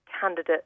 candidate